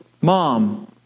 mom